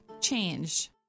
change